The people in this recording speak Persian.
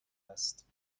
است